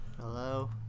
Hello